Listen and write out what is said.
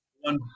one